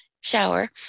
shower